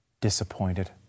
disappointed